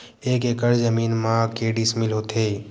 एक एकड़ जमीन मा के डिसमिल होथे?